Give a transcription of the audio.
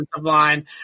line